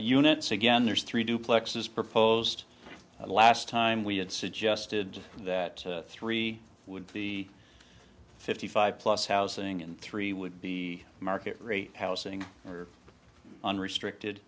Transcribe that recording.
units again there's three duplexes proposed last time we had suggested that three would be fifty five plus housing and three would be market rate housing unrestricted